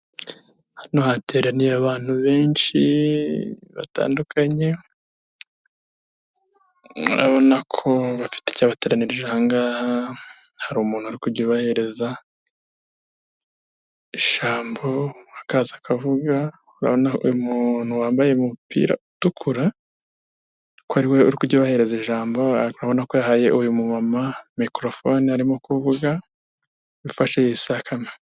Hano hateraniye abantu benshi batandukanye, urabona ko bafite icyabateranirije aha ngaha, hari umuntu uri kujya ubahereza ijambo, akaza akavuga urabona uyu umuntu wambaye umupira utukura ko ari we uri kujya ubahereza ijambo, ariko urabona ko yahaye uyu mumama mikorofone arimo kuvuga ufashe isakame.